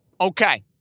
Okay